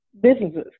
businesses